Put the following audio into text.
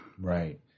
Right